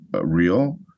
real